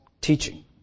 teaching